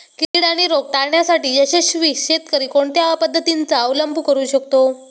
कीड आणि रोग टाळण्यासाठी यशस्वी शेतकरी कोणत्या पद्धतींचा अवलंब करू शकतो?